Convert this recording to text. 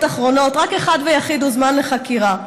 אחרונות רק אחד ויחיד הוזמן לחקירה,